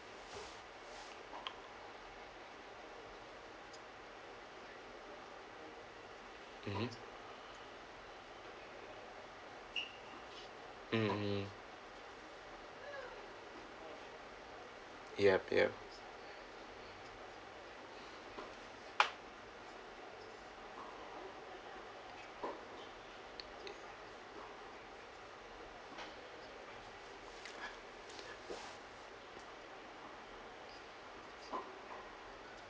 mmhmm mm mm mm yup yup